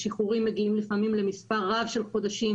השחרורים מגיעים לפעמים למספר רב של חודשים